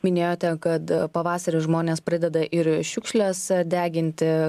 minėjote kad pavasarį žmonės pradeda ir šiukšles deginti